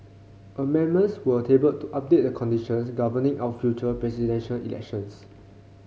amendments were tabled to update the conditions governing our future Presidential Elections